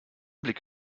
blick